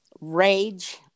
rage